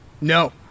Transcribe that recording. No